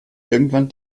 irgendwann